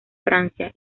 francia